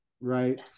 right